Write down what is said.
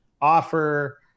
offer